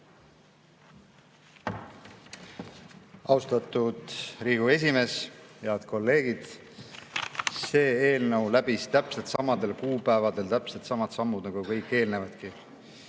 Austatud Riigikogu esimees! Head kolleegid! See eelnõu läbis täpselt samadel kuupäevadel täpselt samad sammud nagu kõik eelnevadki.